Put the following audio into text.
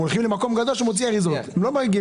הם הולכים למקומות הגדולים שמוציאים אריזות כאלה.